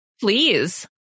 Please